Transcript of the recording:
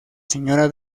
señora